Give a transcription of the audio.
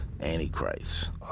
Antichrist